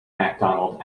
macdonald